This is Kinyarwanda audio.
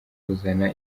kuzana